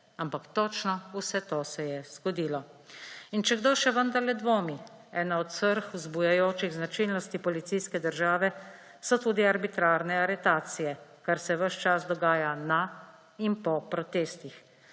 Ampak točno vse to se je zgodilo. In če kdo še vendarle dvomi, ena od srh vzbujajočih značilnosti policijske države so tudi arbitrarne aretacije, kar se več čas dogaja na in po protestih.